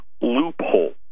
loophole